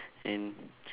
and